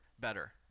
better